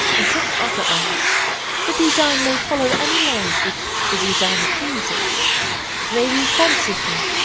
in some other arts, the design may follow any lines which the designer pleases it may be fanciful,